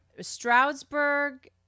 Stroudsburg